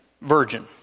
virgin